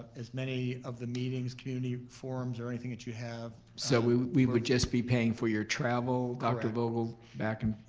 as many of the meetings, community forums or anything that you have. so we we would just be paying for your travel? dr. vogel, back and?